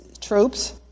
troops